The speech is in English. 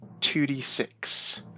2d6